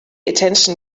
attention